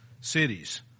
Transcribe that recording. cities